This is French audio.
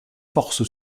force